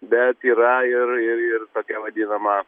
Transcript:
bet yra ir ir ir tokia vadinama